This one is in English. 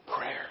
prayer